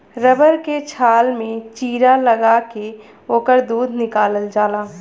rubber के छाल में चीरा लगा के ओकर दूध निकालल जाला